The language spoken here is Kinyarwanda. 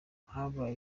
habaye